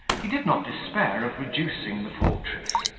he did not despair of reducing the fortress,